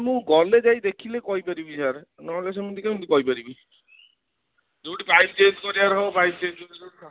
ମୁଁ ଗଲେ ଯାଇ ଦେଖିଲେ କହିପାରିବି ସାର୍ ନହେଲେ ସେମିତି କେମିତି କହିପାରିବି ଯେଉଁଠି ପାଇପ୍ ଚେଞ୍ଜ କରିବାର ହେବ ପାଇପ୍ ଚେଞ୍ଜ